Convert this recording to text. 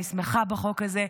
אני שמחה בחוק הזה,